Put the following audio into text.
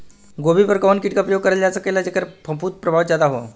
गोभी पर कवन कीट क प्रयोग करल जा सकेला जेपर फूंफद प्रभाव ज्यादा हो?